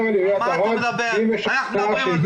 קפיצה מ-30 חולים ל-400 חולים ואנחנו יודעים איזה אחוז חרדים.